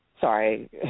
Sorry